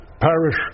Parish